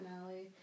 finale